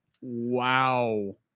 Wow